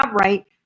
right